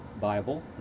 Bible